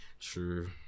true